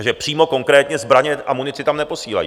Ale přímo konkrétně zbraně a munici tam neposílají.